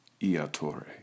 iatore